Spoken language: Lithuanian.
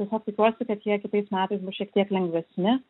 tiesiog tikiuosi kad jie kitais metais bus šiek tiek lengvesni